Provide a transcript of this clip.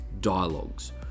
dialogues